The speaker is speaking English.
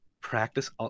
practice